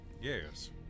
Yes